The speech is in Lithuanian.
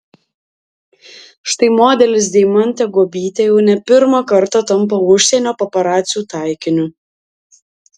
štai modelis deimantė guobytė jau ne pirmą kartą tampa užsienio paparacių taikiniu